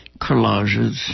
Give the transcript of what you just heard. collages